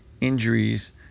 injuries